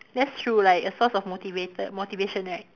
that's true like a source of motivated motivation right